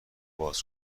باز